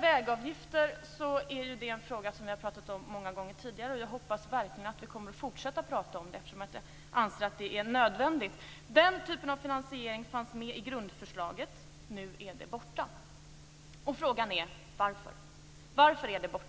Vägavgifterna är en fråga som vi har talat om många gånger tidigare. Jag hoppas verkligen att vi fortsätter att tala om dem. Jag anser att det är nödvändigt. Den typen av finansiering fanns med i grundförslaget. Nu är detta borta. Varför är det borta?